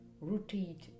rotate